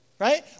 right